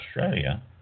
Australia